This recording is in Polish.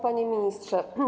Panie Ministrze!